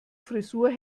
frisur